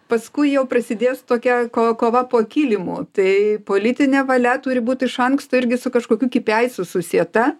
paskui jau prasidės tokia ko kova po kilimu tai politinė valia turi būt iš anksto irgi su kažkokiu kypiaisu susieta